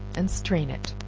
and strain it